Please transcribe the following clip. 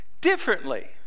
differently